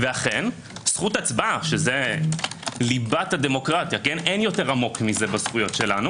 וזכות ההצבעה שזה ליבת הדמוקרטיה אין עמוק מזה בזכויות שלנו